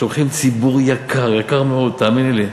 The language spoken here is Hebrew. שולחים ציבור יקר, יקר מאוד, תאמיני.